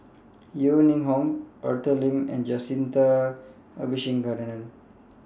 Yeo Ning Hong Arthur Lim and Jacintha Abisheganaden